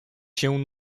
się